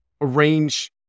arrange